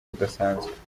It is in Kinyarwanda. budasanzwe